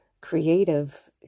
creative